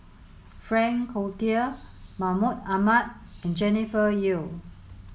Frank Cloutier Mahmud Ahmad and Jennifer Yeo